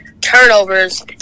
turnovers